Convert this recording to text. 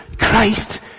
Christ